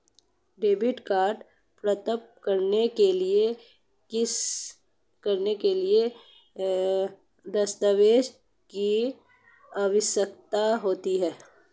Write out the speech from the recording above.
Debit card प्राप्त करने के लिए किन दस्तावेज़ों की आवश्यकता होती है?